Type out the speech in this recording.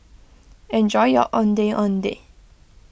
enjoy your Ondeh Ondeh